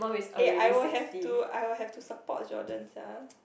eh I will have to I will have to support Jordan sia